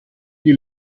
die